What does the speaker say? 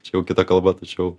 čia jau kita kalba tačiau